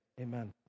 amen